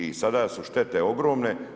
I sada su štete ogromne.